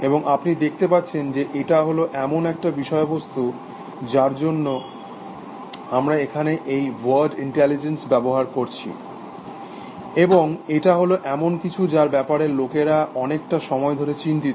এবং আপনি দেখতে পাচ্ছেন যে এটা হল এমন একটা বিষয়বস্তু যার জন্য আমার এখানে এই ওয়ার্ড ইন্টেলিজেন্স ব্যবহার করছি এবং এটা হল এমন কিছু যার ব্যাপারে লোকেরা অনেকটা সময় ধরে চিন্তিত